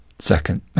Second